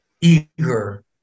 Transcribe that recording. eager